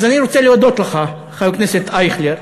אז אני רוצה להודות לך, חבר הכנסת אייכלר,